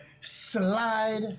Slide